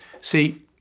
See